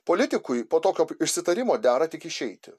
politikui po tokio išsitarimo dera tik išeiti